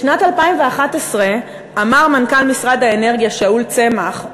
בשנת 2011 אמר מנכ"ל משרד האנרגיה שאול צמח,